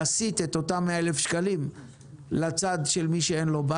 להסיט את אותם 100,000 שקלים לצד של מי שאין לו,